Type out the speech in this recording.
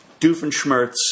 Doofenshmirtz